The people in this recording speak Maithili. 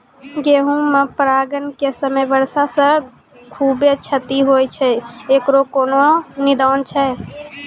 गेहूँ मे परागण के समय वर्षा से खुबे क्षति होय छैय इकरो कोनो निदान छै?